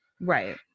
Right